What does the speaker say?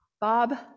Bob